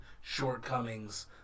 shortcomings